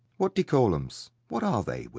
what-d'ee-call-'ems! what are they,